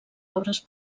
obres